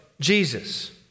Jesus